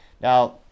Now